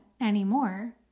anymore